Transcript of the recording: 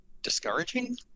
discouraging